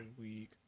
week